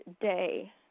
day